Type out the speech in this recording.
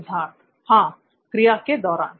सिद्धार्थ हां क्रिया के "दौरान"